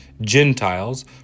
Gentiles